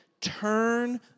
turn